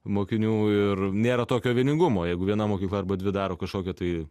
mokinių ir nėra tokio vieningumo jeigu viena mokykla arba dvi daro kažkokią tai